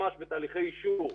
ממש בתהליכי אישור,